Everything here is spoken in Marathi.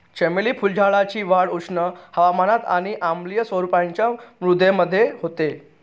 चमेली फुलझाडाची वाढ उष्ण हवामानात आणि आम्लीय स्वरूपाच्या मृदेमध्ये होते